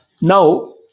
Now